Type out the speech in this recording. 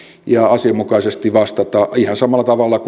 ja asianmukaisesti vastata ihan samalla tavalla